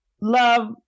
love